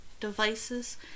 devices